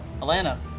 Atlanta